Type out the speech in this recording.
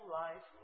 life